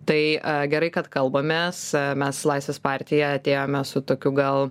tai gerai kad kalbamės mes laisvės partija atėjome su tokiu gal